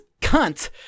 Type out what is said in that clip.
cunt